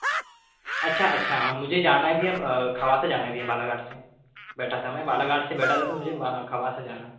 अच्छा अच्छा हाँ मुझे जाना भी अब खवासा जाना है भैया बालाघाट से बैठा था मैं बालाघाट से बैठा था तो मुझे खवासा जाना है